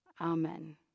Amen